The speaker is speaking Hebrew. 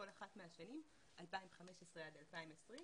כל אחת מהשנים 2015 עד 2020,